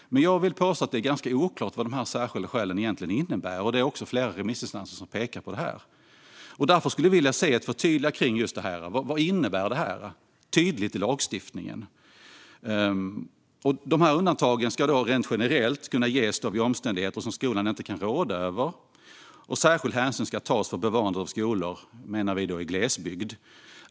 Men jag vill påstå att det är oklart vad de särskilda skälen egentligen innebär. Det finns också flera remissinstanser som pekar på detta. Därför vill vi se ett förtydligande i lagstiftningen. Vad innebär denna regel? Undantagen ska rent generellt kunna ges vid omständigheter som skolan inte kan råda över, och särskild hänsyn ska tas för att bevara skolor i glesbygd.